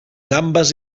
gambes